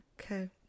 okay